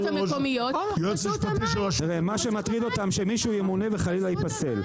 המקומיות -- מה שמטריד אותם שמישהו ממונה וחלילה ייפסל,